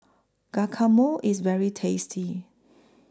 Guacamole IS very tasty